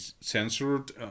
censored